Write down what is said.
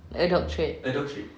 a doctorate